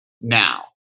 now